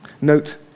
Note